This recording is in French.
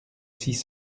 six